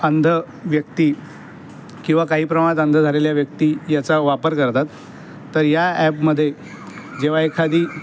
अंध व्यक्ती किव्वा काही प्रमाणात अंध झालेल्या व्यक्ती याचा वापर करतात तर या ॲपमध्ये जेव्हा एखादी